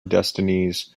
destinies